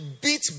beat